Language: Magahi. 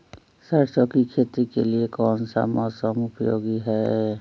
सरसो की खेती के लिए कौन सा मौसम उपयोगी है?